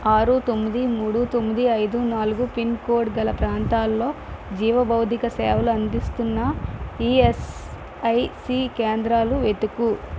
ఆరు తొమ్మిది మూడు తొమ్మిది ఐదు నాలుగు పిన్కోడ్ గల ప్రాంతాలలో జీవ భౌతిక సేవలు అందిస్తున్న ఇయస్ఐసి కేంద్రాలను వెతుకు